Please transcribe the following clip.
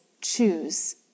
choose